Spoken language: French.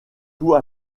tout